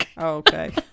okay